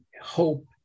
hope